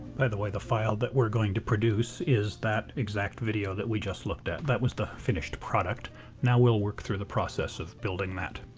by the way the file that we're going to produce is that exact video that we just looked at. that was the finished product now we'll work through the process of building that.